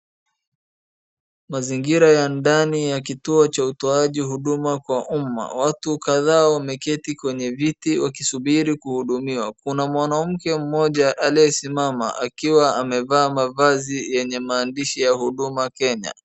Mazingira ya ndani ya kituo cha utoaji huduma kwa umma. Watu kadhaa wameketi kwenye viti wakisubiri kuhudumiwa. Kuna mwanamke mmoja aliyesimama akiwa amevaa mavazi yenye maandishi ya Huduma Kenya.